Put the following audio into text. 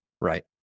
Right